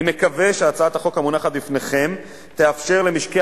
אני מקווה שהצעת החוק המונחת בפניכם תאפשר למשקי